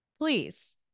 please